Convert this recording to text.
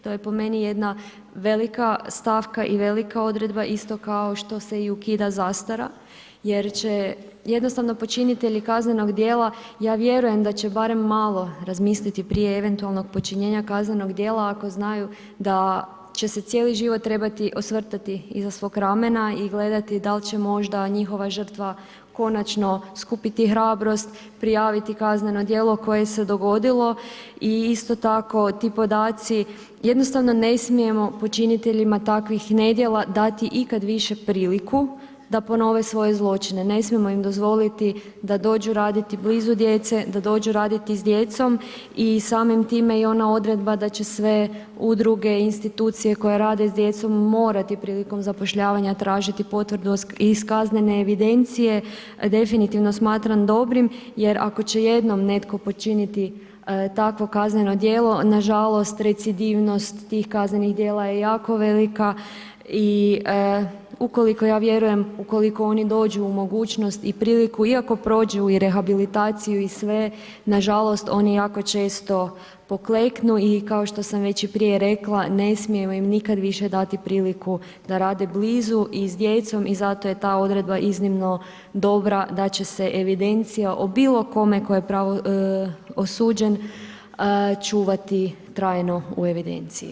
To je po meni jedna stavka i velika odredba isto kao što se ukida zastara jer će jednostavno počinitelji kaznenog djela, ja vjerujem da će barem malo razmisliti prije eventualnog počinjenja kaznenog djela ako znaju da će se cijeli život trebati osvrtati iza svog ramena i gledati dal' će možda njihova žrtva konačno skupiti hrabrost, prijaviti kazneno djelo koje se dogodilo i isto tako, ti podaci jednostavno ne smijemo počiniteljima takvih nedjela dati ikad više priliku da ponove svoje zločine, ne smijemo im dozvoliti da dođu raditi blizu djece, da dođu raditi s djecom i samim time i ona odredba da će sve udruge i institucije koje rade s djecom morati prilikom zapošljavanja tražiti potvrdu iz kaznene evidencije, definitivno smatram dobro jer ako će jedno netko počiniti takvo kazneno djelo, nažalost recidivnost tih kaznenih djela je jako velika i ukoliko, ja vjerujem, ukoliko oni dođu i mogućnost i priliku, iako prođu i rehabilitaciju i sve, nažalost oni jako često pokleknu i kao što sam već i prije rekla, ne smijemo im nikad više dati priliku da rade blizu i s djecom i zato je ta odredba iznimno dobra da će se evidencija o bilo kome tko je osuđen, čuvati trajno u evidenciji.